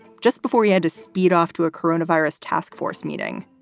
just before you had to speed off to a corona virus task force meeting.